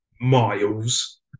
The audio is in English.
Miles